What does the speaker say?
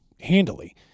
handily